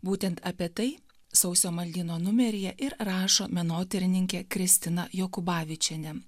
būtent apie tai sausio maldyno numeryje ir rašo menotyrininkė kristina jokubavičienė